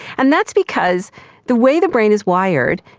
and that's because the way the brain is wired,